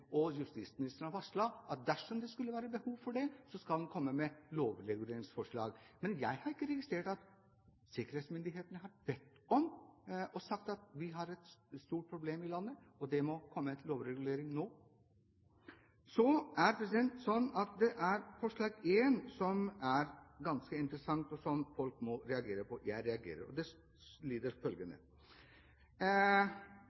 og regjeringen. Justisministeren har varslet at dersom det skulle være behov for det, skal man komme med lovreguleringsforslag. Men jeg har ikke registrert at sikkerhetsmyndighetene har bedt om dette og sagt at vi har et stort problem her i landet, og at det må komme en lovregulering nå. Så er det slik at det er forslag nr. 1 som er ganske interessant, og som folk må reagere på. Jeg reagerer.